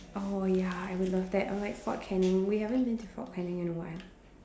oh ya I would love that or like Fort Canning we haven't been to Fort Canning in a while